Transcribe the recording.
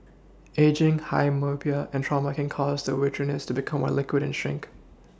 ageing high myopia and trauma can cause the vitreous to become more liquid and shrink